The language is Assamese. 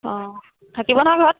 অঁ থাকিব নহয় ঘৰত